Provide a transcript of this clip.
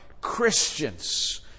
Christians